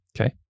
Okay